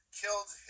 killed